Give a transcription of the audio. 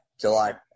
July